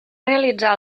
realitzar